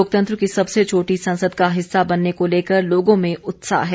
लोकतंत्र की सबसे छोटी संसद का हिस्सा बनने को लेकर लोगों में उत्साह है